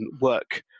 work